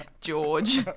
George